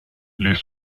les